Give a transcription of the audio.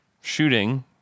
shooting